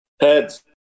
Heads